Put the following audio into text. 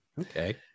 okay